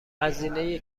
هزینه